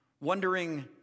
wondering